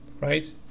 right